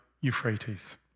Euphrates